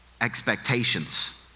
expectations